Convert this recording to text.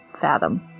fathom